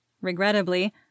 regrettably